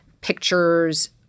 pictures